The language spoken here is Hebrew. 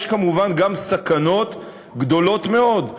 כמובן גם סכנות גדולות מאוד.